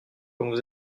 comment